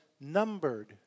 numbered